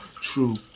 true